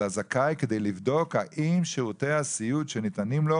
הזכאי כדי לבדוק האם שירותי הסיעוד שניתנים לו,